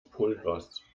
pulvers